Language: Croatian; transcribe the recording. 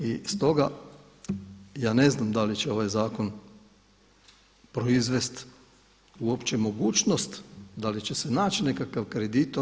I stoga ja ne znam da li će ovaj zakon proizvest uopće mogućnost da li će se naći nekakav kreditor.